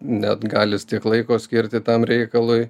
net galis tiek laiko skirti tam reikalui